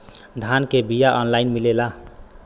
धान के बिया ऑनलाइन मिलेला?